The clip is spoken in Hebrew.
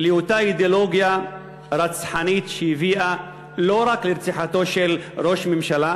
לאותה אידיאולוגיה רצחנית שהביאה לא רק לרציחתו של ראש ממשלה,